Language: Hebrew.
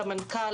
למנכ"ל,